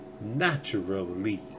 Naturally